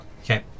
Okay